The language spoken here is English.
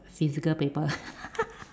physical paper